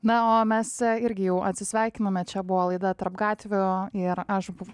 na o mes irgi jau atsisveikiname čia buvo laida tarp gatvių ir aš buvau